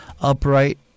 upright